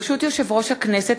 ברשות יושב-ראש הכנסת,